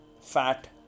fat